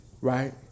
Right